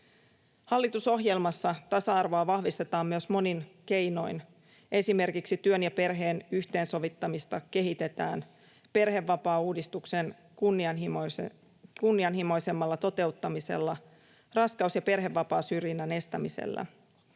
Hallitusohjelmassa myös tasa-arvoa vahvistetaan monin keinoin. Esimerkiksi työn ja perheen yhteensovittamista kehitetään perhevapaauudistuksen kunnianhimoisemmalla toteuttamisella ja raskaus- ja perhevapaasyrjinnän estämisellä.